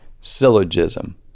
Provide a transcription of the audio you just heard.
syllogism